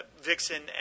Vixen